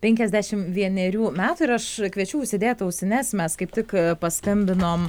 penkiasdešim vienerių metų ir aš kviečiu užsidėt ausines mes kaip tik paskambinom